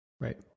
Right